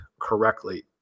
correctly